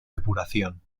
depuración